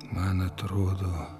man atrodo